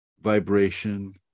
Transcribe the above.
vibration